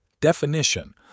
Definition